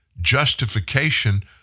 justification